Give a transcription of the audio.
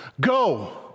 go